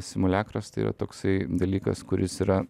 simuliakras tai yra toksai dalykas kuris yra